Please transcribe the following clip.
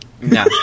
No